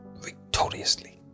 victoriously